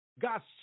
God's